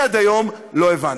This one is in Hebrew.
אני עד היום לא הבנתי.